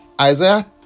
Isaiah